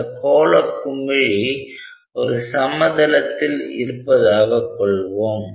அந்தக் கோள குமிழி ஒரு சமதளத்தில் இருப்பதாகக் கொள்வோம்